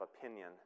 opinion